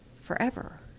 forever